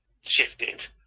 shifted